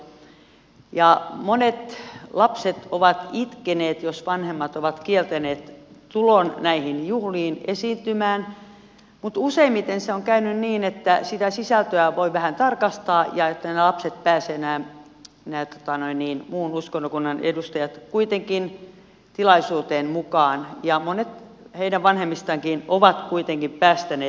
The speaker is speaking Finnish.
monet lapset ovat itkeneet jos vanhemmat ovat kieltäneet tulon näihin juhliin esiintymään mutta useimmiten se on käynyt niin että sitä sisältöä voi vähän tarkastaa että ne lapset nämä muun uskontokunnan edustajat pääsevät kuitenkin tilaisuuteen mukaan ja monet heidän vanhemmistaankin ovat kuitenkin päästäneet